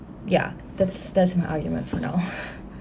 ya that's that's my argument to now